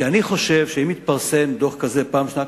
כי אני חושב שאם מתפרסם דוח כזה פעם בשנה,